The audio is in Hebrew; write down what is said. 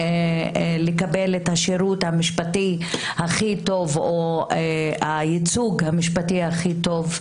לקבל את השירות המשפטי הכי טוב או הייצוג המשפטי הכי טוב,